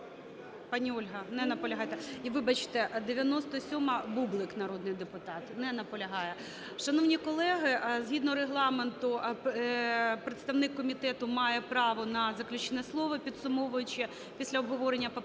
Пані Ольга, не наполягаєте. І, вибачте, 97-а, Бублик, народний депутат. Не наполягає. Шановні колеги, згідно Регламенту представник комітету має право на заключне слово, підсумовуючи, після обговорення поправок.